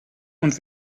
und